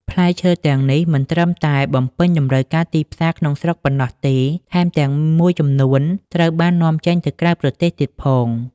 ផ្លែឈើទាំងនេះមិនត្រឹមតែបំពេញតម្រូវការទីផ្សារក្នុងស្រុកប៉ុណ្ណោះទេ ថែមទាំងមួយចំនួនត្រូវបាននាំចេញទៅក្រៅប្រទេសទៀតផង។